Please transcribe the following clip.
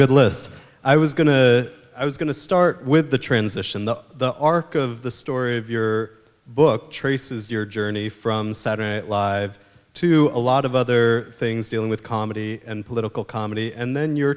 good list i was going to i was going to start with the transition the arc of the story of your book traces your journey from saturday night live to a lot of other things dealing with comedy and political comedy and then you